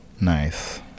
Nice